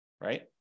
right